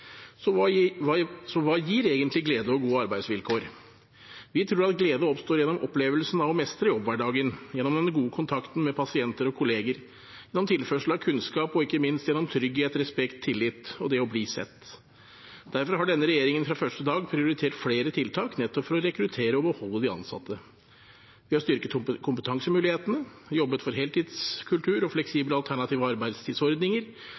Så hva gir egentlig glede og gode arbeidsvilkår? Vi tror at glede oppstår gjennom opplevelsen av å mestre jobbhverdagen, gjennom den gode kontakten med pasienter og kolleger, gjennom tilførsel av kunnskap og ikke minst gjennom trygghet, respekt og tillit – og det å bli sett. Derfor har denne regjeringen fra første dag prioritert flere tiltak nettopp for å rekruttere og beholde de ansatte: Vi har styrket kompetansemulighetene. Vi har jobbet for heltidskultur og fleksible, alternative arbeidstidsordninger.